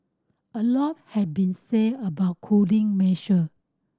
a lot has been said about cooling measure